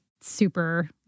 super